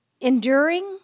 enduring